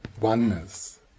oneness